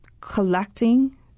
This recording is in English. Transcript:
collecting